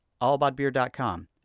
allaboutbeer.com